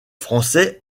français